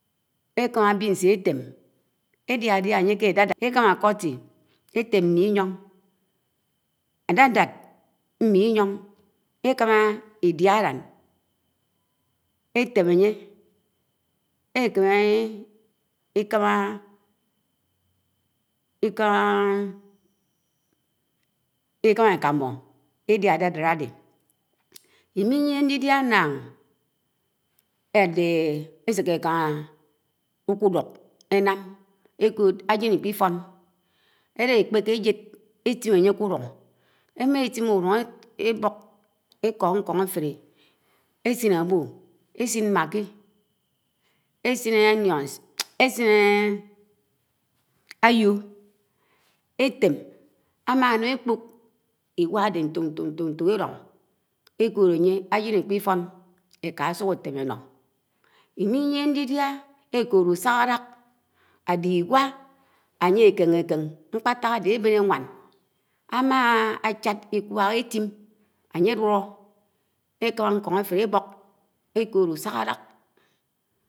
Édia dia ànye ké ádadád, ékam̄a ãko̱ti ētem m̃iyon̄, ãdádàd m̃yon̄ ékam̃a l̄dia ãl̄o̱n étem añye. ẽkene lkãma akamu édia ádádàd āde. Im̄iyié ñdidiá ánnàng éseké ékama ñkuduk eñam ek̄o̱d ãjen ñkpifo̱n ẽla ékpekẽ éjed étim ànyr k̄e úlun éma étim ké ulũn ẽbo̱k, ẽko̱ ñkon ãtelé ésin ãwu, ẽsin m̃akki, ésin ãjim, étem ãmanam̃ ekpók iḡwa ãde ñto̱k ñto̱k ñto̱k ẽlo̱n, éko̱d ãnye̱ ãjen ñkpifo̱n èka ãsuk ãtem ãno. Imiyie ñdidia̱ éko̱lo̱ ũsahãlák ade̱ igw̄aye ekéyekén mkp̄atãk ãde ébeṉ ewan. am̃a ãchad ikw̄aha étim ében éwan, áye árolo̱, ékam̄a ñko̱n ãfelé ébo̱k